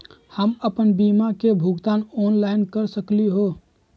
हम अपन बीमा के भुगतान ऑनलाइन कर सकली ह?